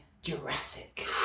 Jurassic